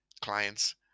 clients